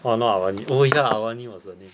orh not awani oh ya awani was the name